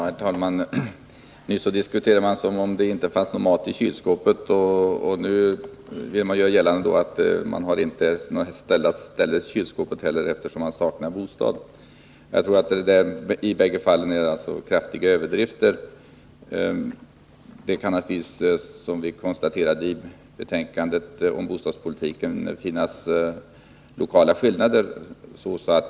Herr talman! Nyss diskuterade man som om det inte fanns någon mat i kylskåpet, och nu vill man göra gällande att människorna inte ens har någon plats att ställa ett kylskåp på, eftersom de saknar bostad. Jag tror att det i bägge fallen är fråga om kraftiga överdrifter. Naturligtvis kan det, som vi konstaterade i betänkandet om bostadspolitiken, förekomma lokala skillnader.